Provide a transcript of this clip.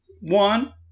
one